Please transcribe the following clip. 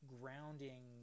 grounding